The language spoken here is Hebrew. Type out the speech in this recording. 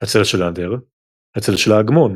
הצל של אנדר הצל של ההגמון